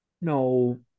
no